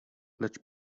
lecz